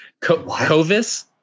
Covis